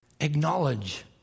acknowledge